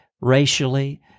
racially